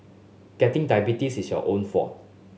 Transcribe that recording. getting diabetes is your own fault